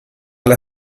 alle